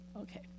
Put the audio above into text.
Okay